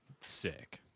Sick